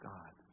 God